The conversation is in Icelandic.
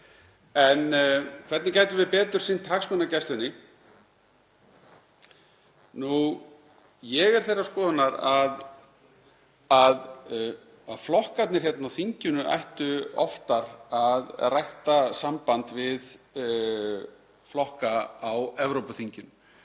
En hvernig gætum við betur sinnt hagsmunagæslunni? Ég er þeirrar skoðunar að flokkarnir á þinginu ættu oftar að rækta samband við flokka á Evrópuþinginu.